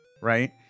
right